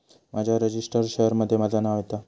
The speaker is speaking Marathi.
माझ्या रजिस्टर्ड शेयर मध्ये माझा नाव येता